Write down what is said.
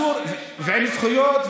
ועם זכויות.